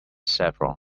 saffron